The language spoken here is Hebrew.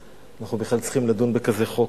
שאנחנו בכלל צריכים לדון בכזה חוק.